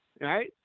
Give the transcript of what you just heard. right